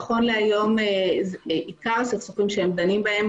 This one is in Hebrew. נכון להיום עיקר הסכסוכים שהם דנים בהם